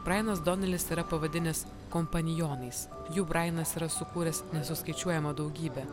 brainas donelis yra pavadinęs kompanionais jų brainas yra sukūręs nesuskaičiuojamą daugybę